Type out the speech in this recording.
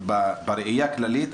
בראייה כללית,